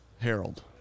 Harold